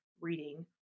reading